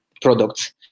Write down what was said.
products